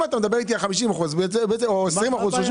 אם אתה מדבר איתי על 50 אחוזים או על 20 אחוזים,